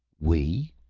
we?